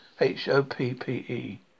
h-o-p-p-e